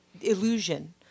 illusion